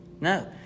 No